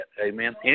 Amen